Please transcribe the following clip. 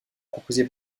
proposée